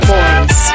Boys